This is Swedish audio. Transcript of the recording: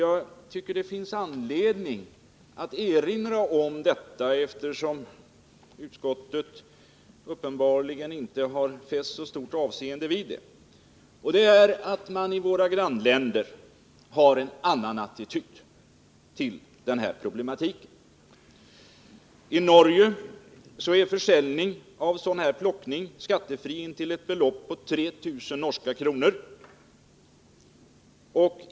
Jag tycker att det finns anledning att erinra om, eftersom utskottet uppenbarligen inte fäst så stort avseende vid det, att man i våra grannländer har en annan attityd till den här problematiken. I Norge är försäljning av sådan här plockning skattefri upp till ett belopp på 3 000 norska kronor.